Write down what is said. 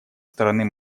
стороны